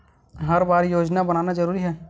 हर बार योजना बनाना जरूरी है?